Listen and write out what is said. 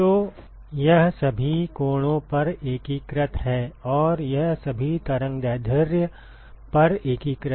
तो यह सभी कोणों पर एकीकृत है और यह सभी तरंग दैर्ध्य पर एकीकृत है